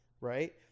Right